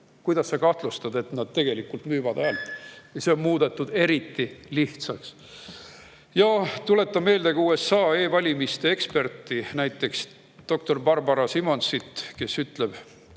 kuidas sa kahtlustad, et tegelikult müüakse häält? See on muudetud eriti lihtsaks. Tuletan meelde ka USA e‑valimiste eksperti doktor Barbara Simonsit, kes ütleb,